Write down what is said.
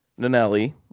Nanelli